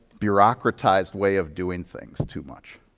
bureaucratized way of doing things too much.